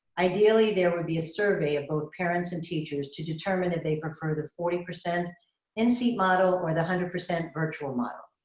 ideally, there would be a survey of both parents and teachers to determine if they prefer the forty percent in-seat model or the one hundred percent virtual model.